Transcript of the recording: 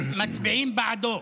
מצביעים בעדו,